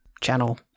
channel